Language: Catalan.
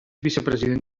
vicepresident